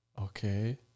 okay